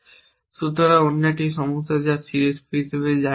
সুতরাং অন্য একটি সমস্যা যা একটি CSP হিসাবে জাহির করা হয়